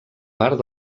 part